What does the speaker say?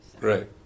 Right